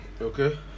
Okay